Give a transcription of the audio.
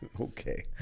Okay